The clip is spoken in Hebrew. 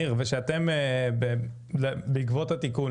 בעקבות התיקון,